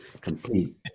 complete